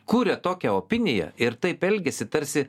kuria tokią opiniją ir taip elgiasi tarsi